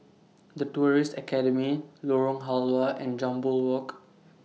The Tourism Academy Lorong Halwa and Jambol Walk